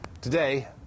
Today